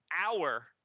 hour